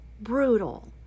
brutal